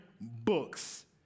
books